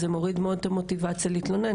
זה מוריד מאוד את המוטיבציה להתלונן.